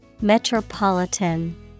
Metropolitan